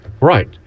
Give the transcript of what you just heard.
Right